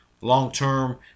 long-term